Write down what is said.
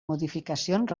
modificacions